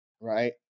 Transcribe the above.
right